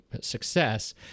success